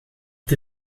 het